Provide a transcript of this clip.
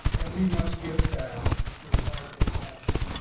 and we must give back with heart and passion.